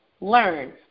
learn